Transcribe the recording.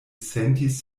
sentis